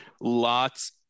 Lots